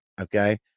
Okay